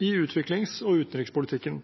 utviklings- og utenrikspolitikken,